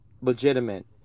legitimate